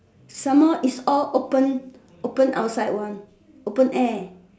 some more is all open outside one open open air